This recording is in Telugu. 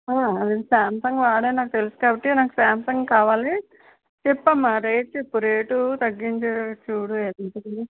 ఆ సామ్సంగ్ వాడాను నాకు తెలుసు కాబట్టి నాకు సామ్సంగ్ కావాలి చెప్పమ్మా రేట్ చెప్పు రేట్ తగ్గించేట్టుగా చూడు ఎంత అని